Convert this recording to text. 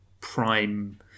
prime